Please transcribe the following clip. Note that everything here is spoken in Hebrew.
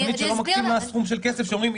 זו תוכנית שלא מקצים לה סכום של כסף שאומרים,